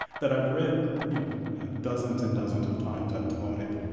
that i've read yeah dozens and dozens of times. i've taught it.